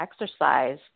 exercise